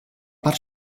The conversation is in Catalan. part